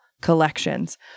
collections